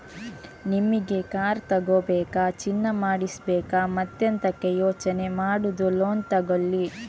ನಿಮಿಗೆ ಕಾರ್ ತಗೋಬೇಕಾ, ಚಿನ್ನ ಮಾಡಿಸ್ಬೇಕಾ ಮತ್ತೆಂತಕೆ ಯೋಚನೆ ಮಾಡುದು ಲೋನ್ ತಗೊಳ್ಳಿ